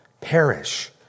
perish